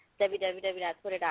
www.twitter.com